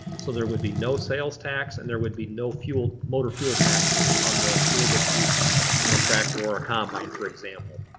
so there would be no sales tax and there would be no motor fuel taxes on the fuel that's used in a tractor or a combine for example.